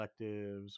collectives